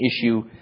issue